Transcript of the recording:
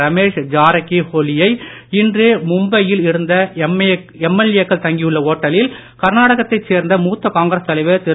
ரமேஷ் ஜாரகிஹோலி யை இன்று மும்பையில் இந்த எம்எல்ஏ க்கள் தங்கியுள்ள ஒட்டலில் கர்நாடகத்தைச் சேர்ந்த ழூத்த காங்கிரஸ் தலைவர் திரு